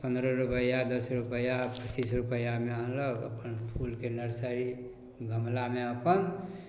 पनरह रुपैआ दस रुपैआ पचीस रुपैआमे आनलक अपन फूलके नर्सरी गमलामे अपन